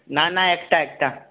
না না একটা একটা